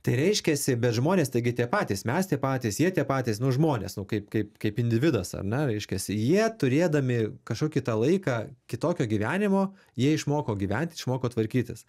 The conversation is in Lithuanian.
tai reiškiasi bet žmonės taigi tie patys mes tie patys jie tie patys nu žmonės nu kaip kaip kaip individas ar ne reiškiasi jie turėdami kažkokį tą laiką kitokio gyvenimo jie išmoko gyventi išmoko tvarkytis